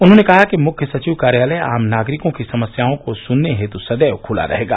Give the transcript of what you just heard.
उन्होंने कहा कि मुख्य सचिव कार्यालय आम नागरिकों की समस्याओं को सुनने हेतु सदैव खुला रहेगा